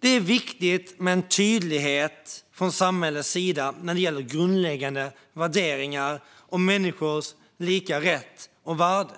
Det är viktigt med en tydlighet från samhället när det gäller grundläggande värderingar om människors lika rätt och värde.